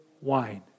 wine